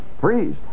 freeze